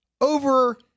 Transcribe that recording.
over